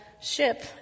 ship